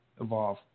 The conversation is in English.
evolve